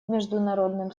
международным